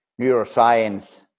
neuroscience